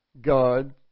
God